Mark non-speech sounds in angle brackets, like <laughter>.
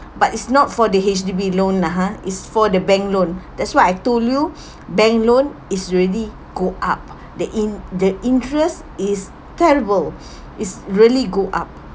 but it's not for the H_D_B loan lah ha it's for the bank loan that's what I told you <breath> bank loan is already go up the in~ the interest is terrible <breath> is really go up